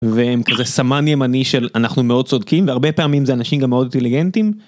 והם כזה סמן ימני של אנחנו מאוד צודקים והרבה פעמים זה אנשים מאוד אינטליגנטים.